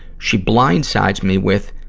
she blindsides me with,